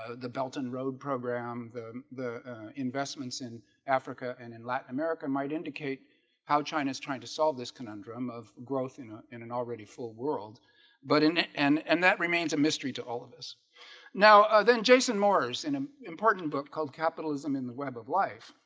ah the belton road program the the investments in africa and in latin america might indicate how china's trying to solve this conundrum of growth in ah in an already full world but in and and that remains a mystery to all of us now then jason moore's in an important book called capitalism in the web of life.